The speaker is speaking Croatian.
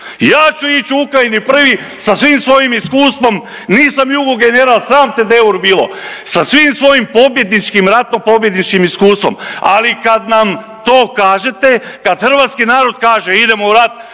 ja ću ić u Ukrajini prvi sa svim svojim iskustvom, nisam jugo general, sram te Deur bilo, sa svim svojim pobjedničkim, ratno pobjedničkim iskustvom, ali kad nam to kažete, kad hrvatski narod kaže idemo u rat,